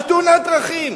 על תאונת דרכים.